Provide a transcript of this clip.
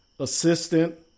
Assistant